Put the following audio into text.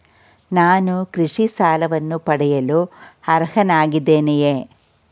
ನಾನು ಕೃಷಿ ಸಾಲವನ್ನು ಪಡೆಯಲು ಅರ್ಹನಾಗಿದ್ದೇನೆಯೇ?